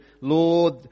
Lord